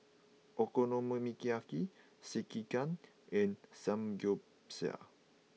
Okonomiyaki Sekihan and Samgeyopsal